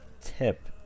tip